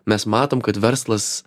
mes matom kad verslas